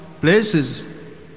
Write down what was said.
places